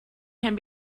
can